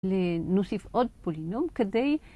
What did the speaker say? ‫לנוסיף עוד פולינום כדי...